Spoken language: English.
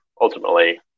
ultimately